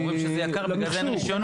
הם אומרים שזה יקר ובגלל זה אין רישיונות.